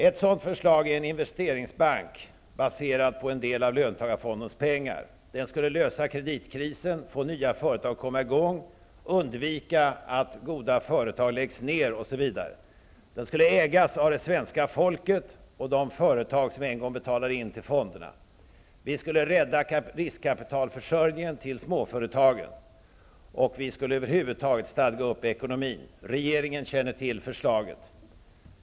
Ett förträffligt förslag är att inrätta en investeringsbank, baserad på en del av löntagarfondernas pengar. Den skulle lösa kreditkrisen, få nya företag att komma i gång, förhindra att goda företag läggs, osv. Den skulle ägas av det svenska folket och de företag som en gång har betalat in till fonderna. Vi skulle kunna rädda riskkapitalförsörjningen till småföretagen, och vi skulle över huvud taget stadga ekonomin. Regeringen känner till förslaget.